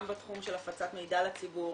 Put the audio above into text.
גם בתחום של הפצת מידע לציבור,